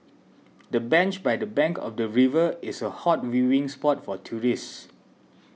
the bench by the bank of the river is a hot viewing spot for tourists